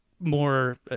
more